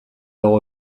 dago